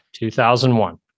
2001